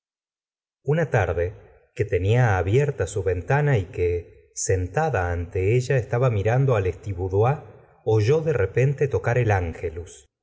una tarde que tenia abierta su ventana y que sentada ante ella estaba mirando a lestiboudois oyó de repente tocar el angelus